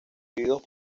individuos